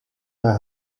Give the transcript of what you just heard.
naar